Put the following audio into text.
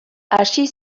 hasi